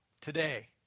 today